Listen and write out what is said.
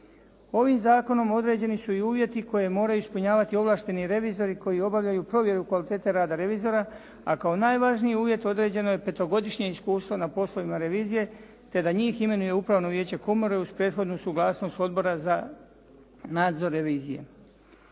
Ovim zakonom određeni su i uvjeti koje moraju ispunjavati ovlašteni revizori koji obavljaju provjeru kvalitete rada revizora, a kao najvažniji uvjet određeno je petogodišnje iskustvo na poslovima revizije te da njih imenujem upravno vijeće komore, uz prethodnu suglasnost Odbora za nadzor revizije.